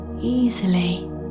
easily